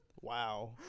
Wow